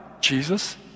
Jesus